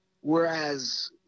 whereas